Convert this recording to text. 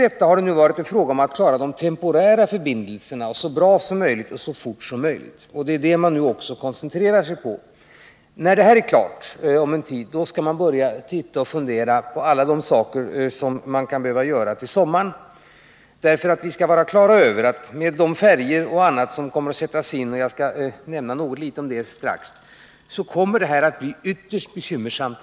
Det har nu varit fråga om att klara de temporära förbindelserna så bra och så fort som möjligt. Det är det som insatserna också har koncentrerats på. När detta om en tid är klart kan man börja fundera på alla de åtgärder som kan behövas till sommaren. Vi skall vara på det klara med att läget i sommar trots de färjor och annat som kommer att sättas in — jag skall strax nämna något om det — blir ytterst bekymmersamt.